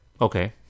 Okay